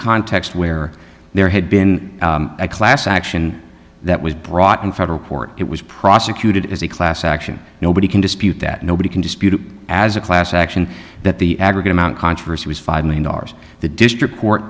context where there had been a class action that was brought in federal court it was prosecuted as a class action nobody can dispute that nobody can dispute as a class action that the aggregate amount of controversy was five million dollars the district court